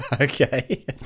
okay